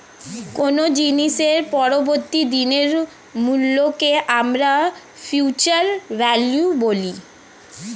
কোনো জিনিসের পরবর্তী দিনের মূল্যকে আমরা ফিউচার ভ্যালু বলি